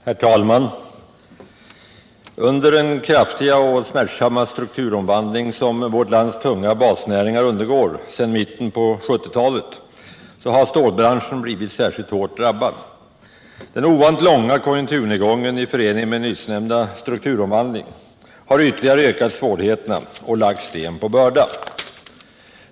Herr talman! Under den kraftiga och smärtsamma strukturomvandling som vårt lands tunga basnäringar undergår sedan mitten på 1970-talet har stålbranschen blivit särskilt hårt drabbad. Den ovanligt långa konjunkturnedgången i förening med nyss nämnda strukturomvandling har ytterligare ökat svårigheterna och lagt sten på bördan.